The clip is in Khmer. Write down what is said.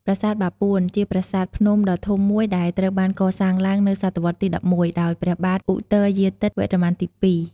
ប្រាសាទបាពួន ជាប្រាសាទភ្នំដ៏ធំមួយដែលត្រូវបានកសាងឡើងនៅសតវត្សរ៍ទី ១១ ដោយព្រះបាទឧទ័យាទិត្យវរ្ម័នទី ២។